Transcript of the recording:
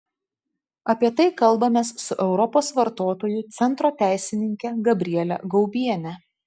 apie tai kalbamės su europos vartotojų centro teisininke gabriele gaubiene